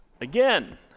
again